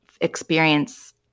experience